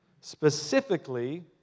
Specifically